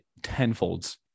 tenfolds